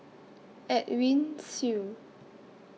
Edwin Siew